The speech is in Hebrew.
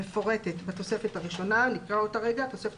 מפורטת בתוספת הראשונה." נקרא את התוספת הראשונה.